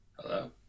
Hello